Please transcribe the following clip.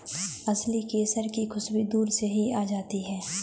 असली केसर की खुशबू दूर से ही आ जाती है